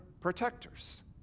protectors